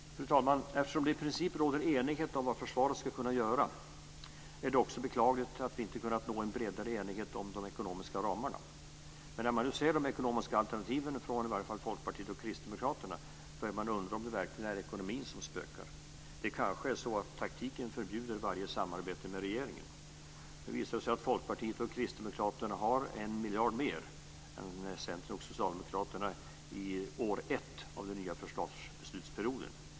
Fru talman! Eftersom det i princip råder enighet om vad försvaret skall kunna göra är det också beklagligt att vi inte kunnat nå en bredare enighet om de ekonomiska ramarna. Men när man nu ser de ekonomiska alternativen från i varje fall Folkpartiet och Kristdemokraterna börjar man undra om det verkligen är ekonomin som spökar. Det kanske är så att taktiken förbjuder varje samarbete med regeringen. Nu visar det sig att Folkpartiet och Kristdemokraterna har 1 miljard mer än Centern och Socialdemokraterna för år 1 av den nya försvarsbeslutsperioden.